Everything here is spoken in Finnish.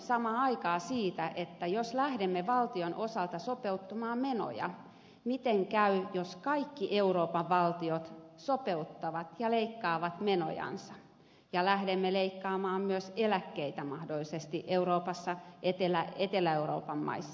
samaan aikaan on huoli siitä että jos lähdemme valtion osalta sopeuttamaan menoja miten käy jos kaikki euroopan valtiot sopeuttavat ja leikkaavat menojansa ja lähdemme mahdollisesti leikkaamaan myös eläkkeitä euroopassa etelä euroopan maissa